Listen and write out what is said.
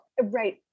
right